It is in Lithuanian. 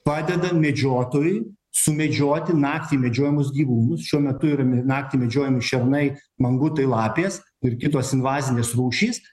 padeda medžiotojui sumedžioti naktį medžiojamus gyvūnus šiuo metu yra m naktį medžiojami šernai mangutai lapės ir kitos invazinės rūšys